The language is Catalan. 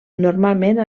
normalment